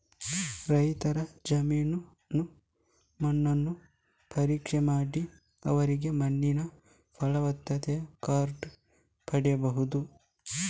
ರೈತರ ಜಮೀನಿನ ಮಣ್ಣನ್ನು ಪರೀಕ್ಷೆ ಮಾಡಿ ಅವರಿಗೆ ಮಣ್ಣಿನ ಫಲವತ್ತತೆ ಕಾರ್ಡು ಪಡೀಬಹುದು